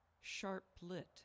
sharp-lit